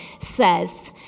says